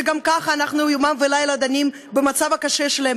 שגם ככה יומם ולילה אנחנו דנים במצב הקשה שלהם,